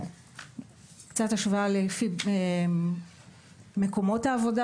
קצת השוואה למקומות העבודה.